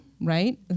right